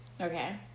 Okay